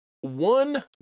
one